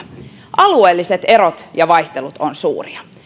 alueelliset erot ja vaihtelut ovat suuria